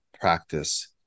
practice